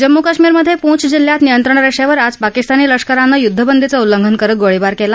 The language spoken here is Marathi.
जम्मू कश्मीरमधे पूंछ जिल्ह्यात नियंत्रण रेषेवर आज पाकिस्तानी लष्करानं युद्धबंदीचं उल्लंघन करत गोळीबार केला